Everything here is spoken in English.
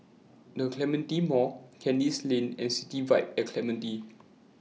The Clementi Mall Kandis Lane and City Vibe At Clementi